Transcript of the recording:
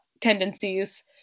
tendencies